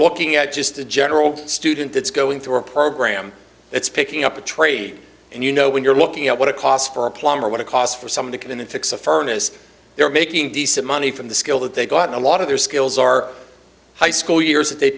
looking at just a general student that's going through a program it's picking up a trade and you know when you're looking at what it costs for a plumber what it costs for someone to come in and fix a furnace they're making decent money from the skill that they've gotten a lot of their skills are high school years that they